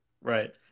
Right